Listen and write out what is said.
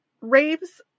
raves